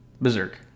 Berserk